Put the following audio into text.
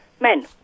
men